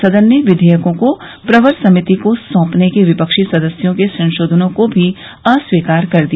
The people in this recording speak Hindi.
सदन ने विधेयकों को प्रवर समिति को सौंपने के विपक्षी सदस्यों के संशोधनों को भी अस्वीकार कर दिया